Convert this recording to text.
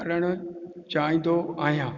करणु चाईंदो आहियां